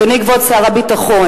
אדוני כבוד שר הביטחון,